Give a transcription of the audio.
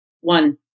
one